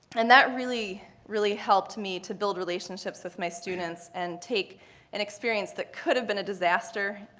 and that really, really helped me to build relationships with my students and take an experience that could have been a disaster